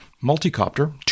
multi-copter